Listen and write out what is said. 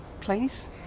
please